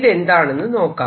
ഇതെന്താണെന്നു നോക്കാം